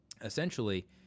essentially